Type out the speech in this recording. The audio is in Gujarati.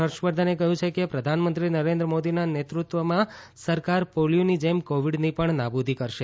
હર્ષવર્ધને કહ્યું કે પ્રધાનમંત્રી નરેન્દ્ર મોદીના નેતૃત્વમાં સરકાર પોલીયોની જેમ કોવિડની પણ નાબૂદી કરશે